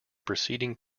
preceding